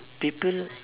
people